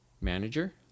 manager